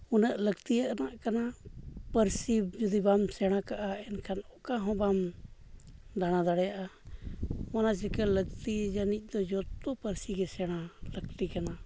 ᱩᱱᱟᱹᱜ ᱞᱟᱹᱠᱛᱤᱭᱟᱱᱟᱜ ᱠᱟᱱᱟ ᱯᱟᱹᱨᱥᱤ ᱡᱩᱫᱤ ᱵᱟᱢ ᱥᱮᱬᱟ ᱠᱟᱜᱼᱟ ᱮᱱᱠᱷᱟᱱ ᱚᱠᱟᱦᱚᱸ ᱵᱟᱢ ᱫᱟᱬᱟ ᱫᱟᱲᱭᱟᱜᱼᱟ ᱚᱱᱟ ᱪᱤᱠᱟᱹ ᱞᱟᱹᱠᱛᱤ ᱡᱟᱹᱱᱤᱡᱽ ᱫᱚ ᱡᱚᱛᱚ ᱯᱟᱹᱨᱥᱤᱜᱮ ᱥᱮᱬᱟ ᱞᱟᱹᱠᱛᱤ ᱠᱟᱱᱟ